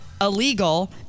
illegal